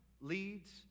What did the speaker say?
leads